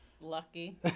lucky